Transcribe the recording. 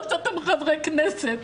לא סתם חברי כנסת.